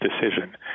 decision